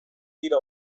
dira